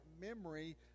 memory